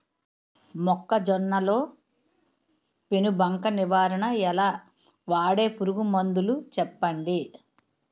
మొక్కజొన్న లో పెను బంక నివారణ ఎలా? వాడే పురుగు మందులు చెప్పండి?